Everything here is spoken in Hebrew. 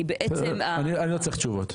כי בעצם --- אני לא צריך תשובות.